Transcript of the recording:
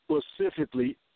specifically